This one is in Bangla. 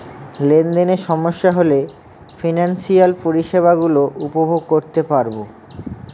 লেনদেনে সমস্যা হলে ফিনান্সিয়াল পরিষেবা গুলো উপভোগ করতে পারবো